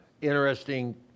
Interesting